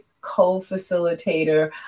co-facilitator